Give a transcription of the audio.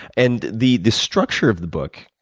and the the structure of the book,